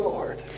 Lord